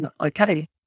okay